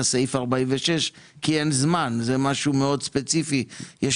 האישור לעניין סעיף 46 כי אין זמן במשהו ספציפי מאוד,